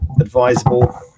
advisable